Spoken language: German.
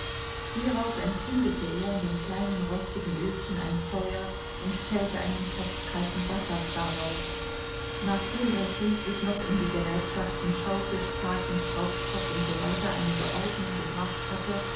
hierauf entzündete er in dem kleinen rostigen öfchen ein feuer und stellte einen topf kalten wassers darauf nachdem er schließlich noch in die gerätschaften schaufel spaten schraubstock usw einige ordnung gebracht hatte